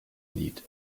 lied